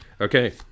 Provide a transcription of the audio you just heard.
Okay